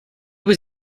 was